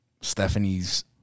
Stephanie's